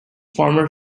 former